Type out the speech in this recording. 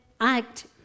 act